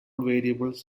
variables